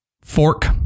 Fork